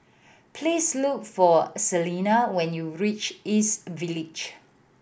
please look for Celena when you reach East Village